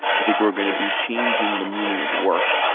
i think we are going to be changing the meaning of work